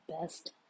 best